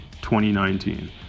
2019